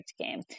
game